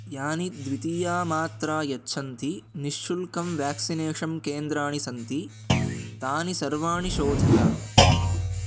यानि द्वितीया मात्रा यच्छन्ती निःशुल्कं व्याक्सिनेषन् केन्द्राणि सन्ति तानि सर्वाणि शोधय